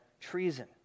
treason